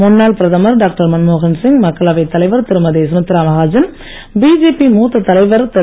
முன்னாள் பிரதமர் டாக்டர் மன்மோகன்சிங் மக்களவை தலைவர் கிருமதி சுமித்ரா மஹாஜன் பிஜேபி தலைவர் மூத்த திரு